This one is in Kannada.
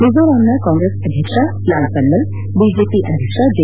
ಮಿಜೋರಾಂನ ಕಾಂಗ್ರೆಸ್ ಅಧ್ಯಕ್ಷ ಲಾಲ್ ತನ್ನವಲ್ ಬಿಡೆಪಿ ಅಧ್ಯಕ್ಷ ಜಿ